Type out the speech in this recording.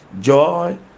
joy